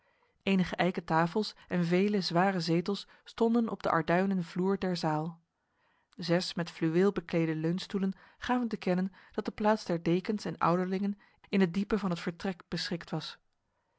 enige eiken tafels en vele zware zetels stonden op de arduinen vloer der zaal zes met fluweel beklede leunstoelen gaven te kennen dat de plaats der dekens en ouderlingen in het diepe van het vertrek beschikt was